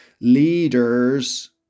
Leaders